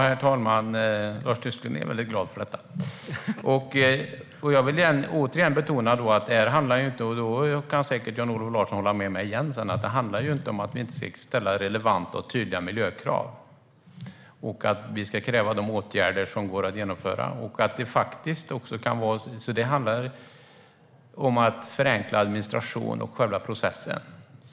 Herr talman! Lars Tysklind är väldigt glad för detta! Jag vill återigen betona att det här inte handlar om att vi inte skulle ställa relevanta och tydliga miljökrav och kräva de åtgärder som går att vidta. Jan-Olof Larsson kan säkert hålla med mig igen. Det handlar om att förenkla administrationen och själva processen.